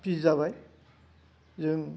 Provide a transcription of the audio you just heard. पिस जाबाय जों